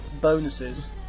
bonuses